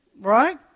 Right